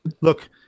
look